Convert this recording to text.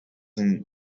and